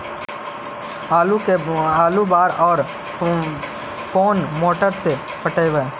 आलू के बार और कोन मोटर से पटइबै?